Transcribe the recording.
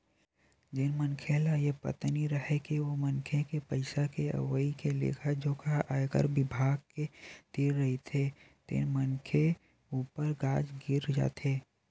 जेन मनखे ल ये पता नइ राहय के ओ मनखे के पइसा के अवई के लेखा जोखा ह आयकर बिभाग के तीर रहिथे तेन मनखे ऊपर गाज गिर जाथे